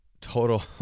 total